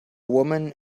woman